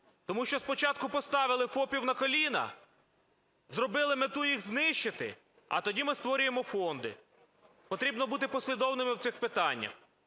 Тому що поставили ФОПів на коліна, зробили мету їх знищити, а тоді ми створюємо фонди. Потрібно бути послідовними в цих питаннях.